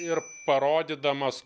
ir parodydamas